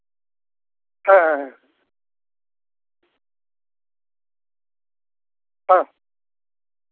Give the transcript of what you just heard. ᱦᱮᱸ ᱦᱮᱸ ᱦᱮᱸ ᱦᱮᱸ